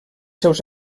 seus